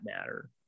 matter